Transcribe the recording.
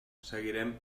seguirem